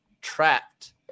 trapped